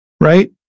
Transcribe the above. right